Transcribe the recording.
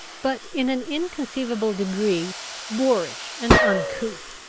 but in an inconceivable degree boorish and uncouth.